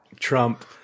trump